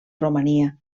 romania